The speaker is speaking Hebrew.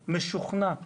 משוכנע,